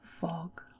fog